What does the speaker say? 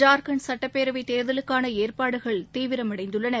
ஜார்கண்ட் சட்டப்பேரவைத் தேர்தலுக்கான ஏற்பாடுகள் தீவிரமடைந்துள்ளன